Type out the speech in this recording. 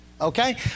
Okay